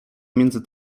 między